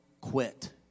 quit